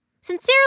Sincerely